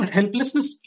Helplessness